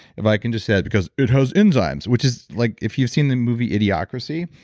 if i can just say it because it has enzymes, which is like, if you've seen the movie idiocrasy,